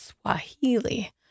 Swahili